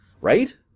right